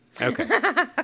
Okay